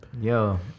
Yo